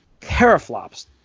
teraflops